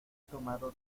tomado